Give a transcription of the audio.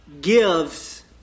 gives